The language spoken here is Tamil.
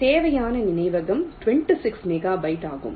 தேவையான நினைவகம் 26 மெகாபைட் ஆகும்